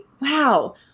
wow